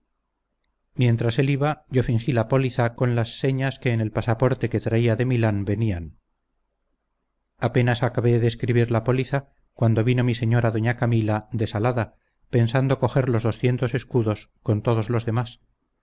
mientras él iba yo fingí la póliza con las señas que en el pasaporte que traía de milán venían apenas acabé de escribir la póliza cuando vino mi señora doña camila desalada pensando coger los doscientos escudos con todos los demás